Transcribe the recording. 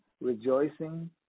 rejoicing